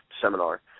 seminar